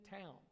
town